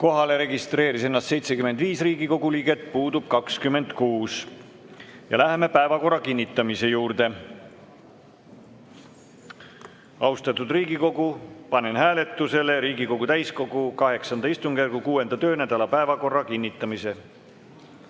Kohalolijaks registreeris ennast 75 Riigikogu liiget, puudub 26.Läheme päevakorra kinnitamise juurde. Austatud Riigikogu, panen hääletusele Riigikogu täiskogu VIII istungjärgu 6. töönädala päevakorra kinnitamise.